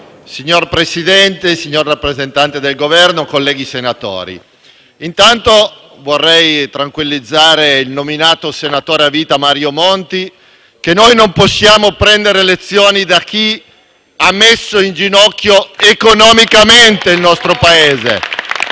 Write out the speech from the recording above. Signor Presidente, signor rappresentante del Governo, colleghi senatori, vorrei anzitutto tranquillizzare il nominato senatore a vita Mario Monti che noi non possiamo prendere lezioni da chi ha messo in ginocchio economicamente il nostro Paese